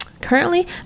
currently